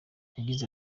yagize